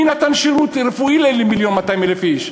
מי נתן שירות רפואי למיליון ו-200,000 איש?